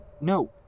No